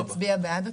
תצביע בעד התקציב?